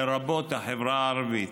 לרבות החברה הערבית.